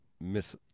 Miss